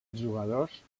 jugadors